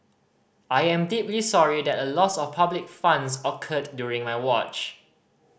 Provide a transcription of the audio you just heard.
I am deeply sorry that a loss of public funds occurred during my watch